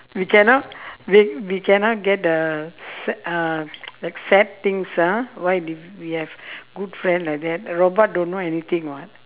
we cannot we we cannot get the sad uh like sad things ah why did we have good friend like that a robot don't know anything [what]